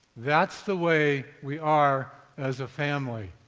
that's the way we are as a family,